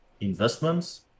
investments